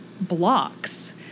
blocks